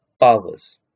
powers